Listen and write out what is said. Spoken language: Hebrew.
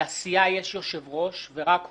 לסיעה יש יושב-ראש ורק הוא,